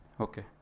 Okay